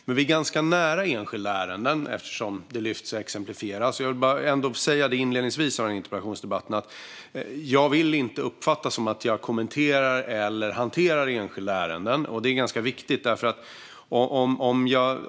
Men vi är ganska nära enskilda ärenden, eftersom det lyfts fram och exemplifieras. Jag vill inledningsvis i interpellationsdebatten säga att jag inte vill uppfattas som att jag kommenterar eller hanterar enskilda ärenden. Det är ganska viktigt.